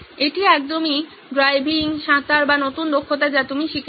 এটি একদমই ড্রাইভিং সাঁতার বা নতুন দক্ষতা যা আপনি শিখেছেন